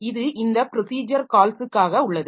இது இந்த ப்ரொஸிஜர் கால்ஸுக்காக உள்ளது